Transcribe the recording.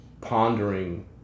Pondering